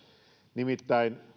nimittäin